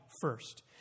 first